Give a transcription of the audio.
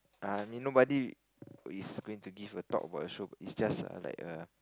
uh I mean nobody is going to give a talk about the show is just a like a